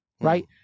right